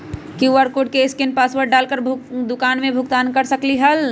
QR code scan password डाल कर दुकान में भुगतान कर सकलीहल?